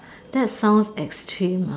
that sounds extreme